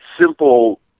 simple